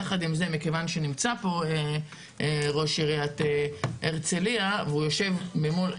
יחד עם זה מכיוון שנמצא פה ראש עיריית הרצליה והוא יושב ממול,